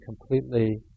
completely